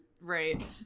Right